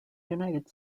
united